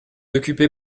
occuper